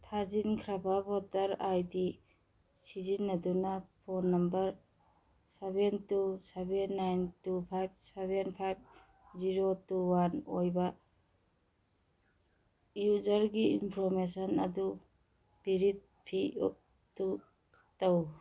ꯊꯥꯖꯤꯟꯈ꯭ꯔꯕ voter I D ꯁꯤꯖꯤꯟꯅꯗꯨꯅ phone number seven two seven nine two five seven five zero two one ꯑꯣꯏꯕ ꯌꯨꯖꯔꯒꯤ information ꯑꯗꯨ verify ꯇꯧ